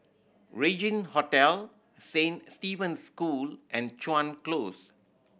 Regin Hotel Saint Stephen's School and Chuan Close